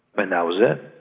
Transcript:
but that was it.